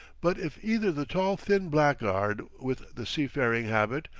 but if either the tall thin blackguard with the seafaring habit,